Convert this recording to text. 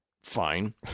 fine